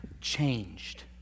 changed